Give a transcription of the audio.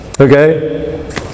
okay